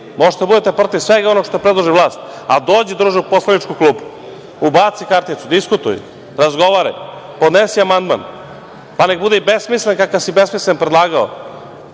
Možete da budete protiv svega onog što predloži vlast, ali dođi druže u poslaničku klupu, ubaci karticu, diskutuj, razgovaraj, podnesi amandman, pa neka bude i besmislen kakav si besmislen predlagao,